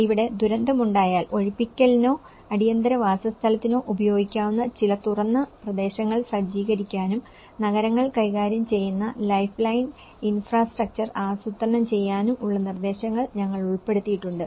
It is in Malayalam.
ഇവിടെ ദുരന്തമുണ്ടായാൽ ഒഴിപ്പിക്കലിനോ അടിയന്തര വാസസ്ഥലത്തിനോ ഉപയോഗിക്കാവുന്ന ചില തുറന്ന പ്രദേശങ്ങൾ സജ്ജീകരിക്കാനും നഗരങ്ങൾ കൈകാര്യം ചെയ്യുന്ന ലൈഫ്ലൈൻ ഇൻഫ്രാസ്ട്രക്ചർ ആസൂത്രണം ചെയ്യാനും ഉള്ള നിർദേശങ്ങൾ ഞങ്ങൾ ഉൾപ്പെടുത്തിയിട്ടുണ്ട്